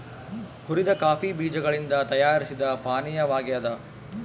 ಹುರಿದ ಕಾಫಿ ಬೀಜಗಳಿಂದ ತಯಾರಿಸಿದ ಪಾನೀಯವಾಗ್ಯದ